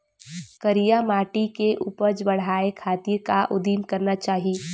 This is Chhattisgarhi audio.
करिया माटी के उपज बढ़ाये खातिर का उदिम करना चाही?